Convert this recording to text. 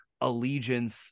allegiance